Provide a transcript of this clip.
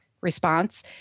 response